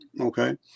Okay